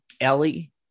Ellie